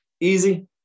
easy